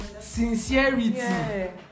Sincerity